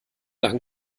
lang